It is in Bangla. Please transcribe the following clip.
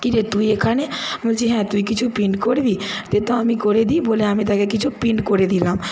কিরে তুই এখানে আমি বলছি হ্যাঁ তুই কিছু প্রিন্ট করবি দে তো আমি করে দিই বলে আমি তাকে কিছু প্রিন্ট করে দিলাম